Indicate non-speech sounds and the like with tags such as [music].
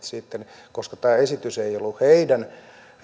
[unintelligible] sitten koska tämä esitys ei ollut heidän